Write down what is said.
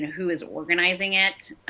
who is organizing it,